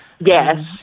Yes